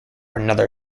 another